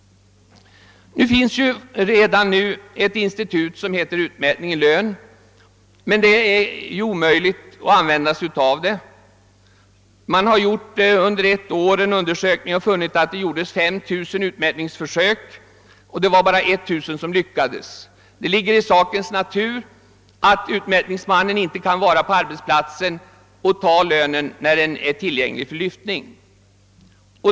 | Det finns ju redan nu ett institut som heter utmätning i lön men det är omöjligt att begagna sig av det. Det har gjorts en undersökning varvid man fann att det under ett år gjordes fem tusen utmätningsförsök av vilka endast ett tusen lyckades. Det ligger i sakens natur att utmätningsmannen inte kan vara på arbetsplatsen för att ta lönen när den är tillgänglig för lyftning.